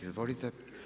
Izvolite.